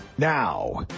Now